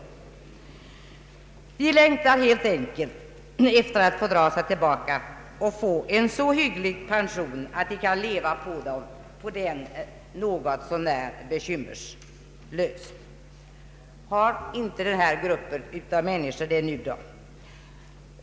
De längtar helt enkelt efter att få dra sig tillbaka och få en så hygglig pension att de kan leva på den något så när bekymmerslöst. Har inte den här gruppen av människor det nu då?